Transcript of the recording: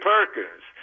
Perkins